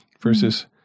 versus